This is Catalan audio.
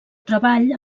treball